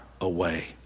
away